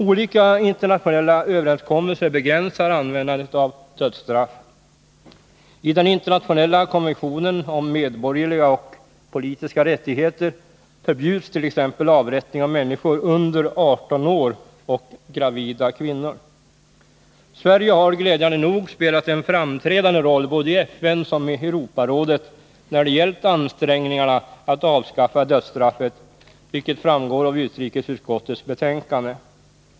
Olika internationella överenskommelser begränsar användandet av dödsstraff. I den internationella konventionen om medborgerliga och politiska rättigheter förbjuds t.ex. avrättning av människor under 18 år och gravida kvinnor. Sverige har glädjande nog spelat en framträdande roll såväl i FN som i Europarådet när det gällt ansträngningarna att avskaffa dödsstraffet, vilket framgår av utrikesutskottets betänkande.